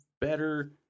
better